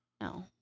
No